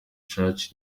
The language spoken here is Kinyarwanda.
church